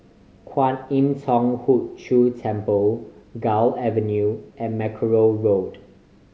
Kwan Im Thong Hood Cho Temple Gul Avenue and Mackerrow Road